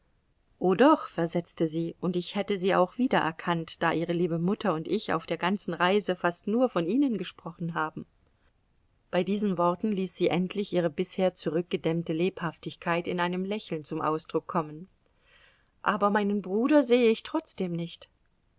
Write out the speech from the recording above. o doch versetzte sie und ich hätte sie auch wiedererkannt da ihre liebe mutter und ich auf der ganzen reise fast nur von ihnen gesprochen haben bei diesen worten ließ sie endlich ihre bisher zurückgedämmte lebhaftigkeit in einem lächeln zum ausdruck kommen aber meinen bruder sehe ich trotz dem nicht